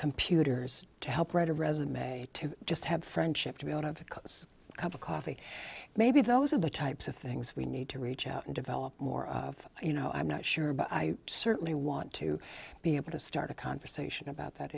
computers to help write a resume to just have friendship to be on a cup of coffee maybe those are the types of things we need to reach out and develop more of you know i'm not sure but i certainly want to be able to start a conversation about that